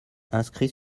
inscrit